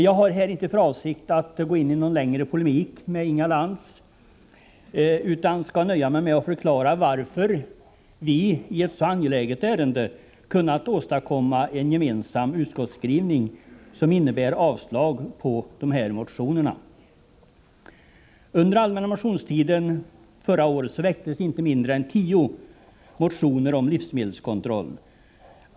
Jag har inte för avsikt att gå in i någon längre polemik med Inga Lantz utan skall nöja mig med att förklara varför vi i ett så angeläget ärende kunnat åstadkomma en gemensam utskottsskrivning som innebär yrkande om avslag på motionerna. Under den allmänna motionstiden förra året väcktes inte mindre än tio motioner om livsmedelskontroll.